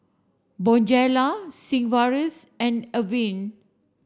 Bonjela Sigvaris and Avene